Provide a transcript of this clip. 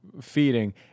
feeding